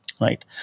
Right